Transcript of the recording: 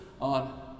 on